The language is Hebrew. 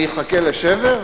אני אחכה לשבר?